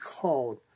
called